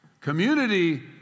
Community